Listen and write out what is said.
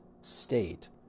state